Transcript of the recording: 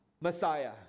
Messiah